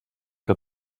que